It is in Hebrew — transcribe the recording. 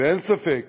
ואין ספק